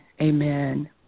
Amen